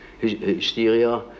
hysteria